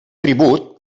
tribut